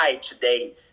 today